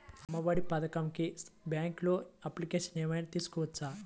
అమ్మ ఒడి పథకంకి బ్యాంకులో అప్లికేషన్ ఏమైనా పెట్టుకోవచ్చా?